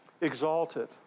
exalted